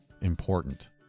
important